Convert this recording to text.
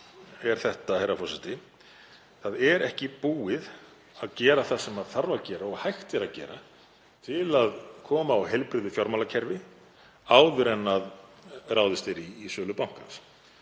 er þetta, herra forseti: Það er ekki búið að gera það sem þarf að gera og hægt er að gera til að koma á heilbrigðu fjármálakerfi áður en ráðist er í sölu bankans.